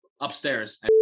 upstairs